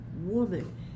woman